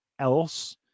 else